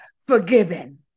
forgiven